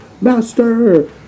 master